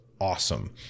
awesome